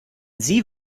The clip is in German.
sie